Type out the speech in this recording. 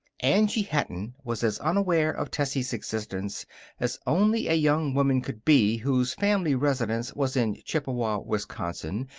angie hatton was as unaware of tessie's existence as only a young woman could be whose family residence was in chippewa, wisconsin,